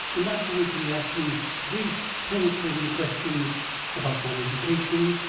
and afterwards he asked me brief penetrating questions about my education,